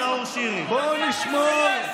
למה, לא ניתן לכם לשנות דברים באלימות.